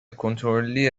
کنترلی